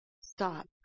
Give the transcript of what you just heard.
stop